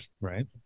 right